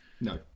No